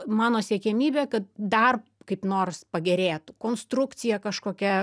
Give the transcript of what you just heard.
mano siekiamybė kad dar kaip nors pagerėtų konstrukcija kažkokia